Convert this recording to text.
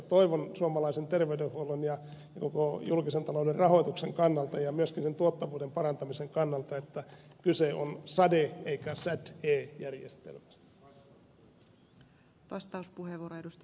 toivon suomalaisen terveydenhuollon ja koko julkisen talouden rahoituksen kannalta ja myöskin sen tuottavuuden parantamisen kannalta että kyse on sade eikä sad e järjestelmästä